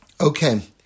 Okay